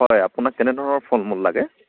হয় আপোনাক কেনে ধৰণৰ ফল মূল লাগে